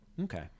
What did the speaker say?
Okay